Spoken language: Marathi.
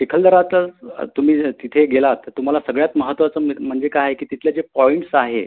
चिखलदरातच तुम्ही तिथे गेलात तर तुम्हाला सगळ्यात महत्त्वाचं म म्हणजे का आहे की तिथले जे पॉईंट्स आहे